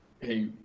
hey